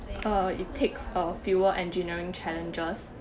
uh it takes uh fewer engineering challenges